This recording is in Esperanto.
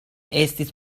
estis